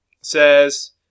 says